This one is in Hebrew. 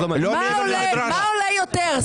מה עולה יותר,